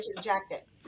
jacket